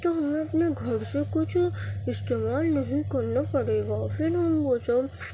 تو ہمیں اپنے گھر سے کچھ استعمال نہیں کرنا پڑے گا پھر ہم وہ سب